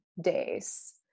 days